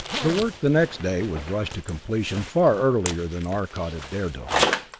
the work the next day was rushed to completion far earlier than arcot had dared to hope.